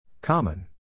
Common